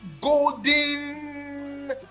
golden